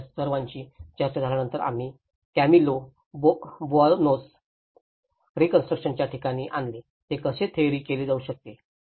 आणि या सर्वांची चर्चा झाल्यानंतर आम्ही कॅमिलो बोआनोस रिकन्स्ट्रक्शनच्या ठिकाणी आणले ते कसे थेअरी केले जाऊ शकते